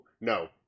no